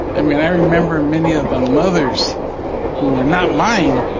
i mean, i remember many of the mothers who were not mine,